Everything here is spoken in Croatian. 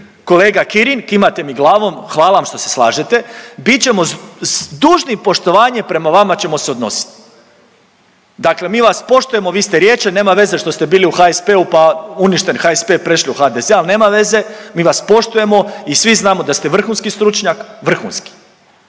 kolega Kirin kimate mi glavom, hvala vam što se slažete, bit ćemo, s dužnim poštovanjem prema vama ćemo se odnosit, dakle mi vas poštujemo, vi ste Riječanin, nema veze što ste bili u HSP-u, pa uništili HSP i prešli u HDZ, al nema veze, mi vas poštujemo i svi znamo da ste vrhunski stručnjak, vrhunski